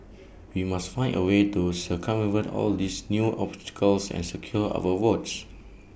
we must find A way to circumvent all these new obstacles and secure our votes